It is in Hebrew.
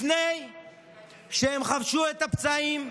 לפני שהם חבשו את הפצעים,